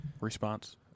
response